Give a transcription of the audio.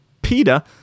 Peter